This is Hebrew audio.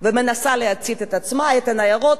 ומנסה להצית את עצמה, את הניירות.